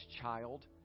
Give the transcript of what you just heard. child